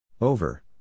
Over